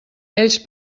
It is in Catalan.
ells